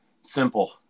Simple